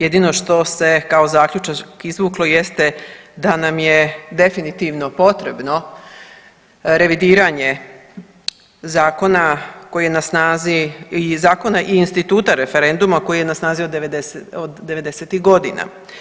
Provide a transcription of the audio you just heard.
Jedino što se kao zaključak izvuklo jeste da nam je definitivno potrebno revidiranje zakona koji je na snazi i zakona i instituta referenduma koji je na snazi od '90.-tih godina.